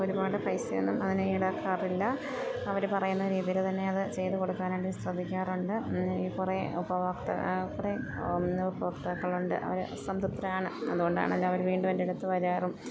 ഒരുപാട് പൈസ ഒന്നും അതിന് ഈടാക്കാറില്ല അവർ പറയുന്ന രീതിയിൽ തന്നെ അത് ചെയ്ത് കൊടുക്കാനായിട്ട് ശ്രദ്ധിക്കാറുണ്ട് ഈ കുറെ ഉപഭോക്താവ് കുറെ ഉപഭോക്താക്കളുണ്ട് അവർ സംതൃപ്തരാണ് അതുകൊണ്ടാണല്ലോ അവർ വീണ്ടും എൻ്റടുത്ത് വരാറും